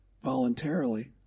voluntarily